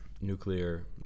nuclear